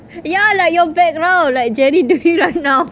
ya like your background like jerry doing right now